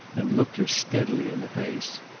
and looked her steadily in the face.